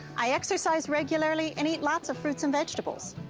i exercise regularly and eat lots of fruits and vegetables.